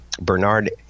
Bernard